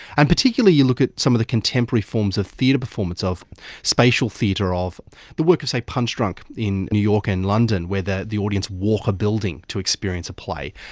and particularly you look at some of the contemporary forms of theatre performance, of spatial theatre, of the work of, say, punchdrunk in new york and london where the the audience walk a building to experience a play.